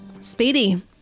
Speedy